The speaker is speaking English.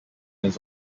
his